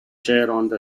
the